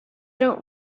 don’t